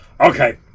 Okay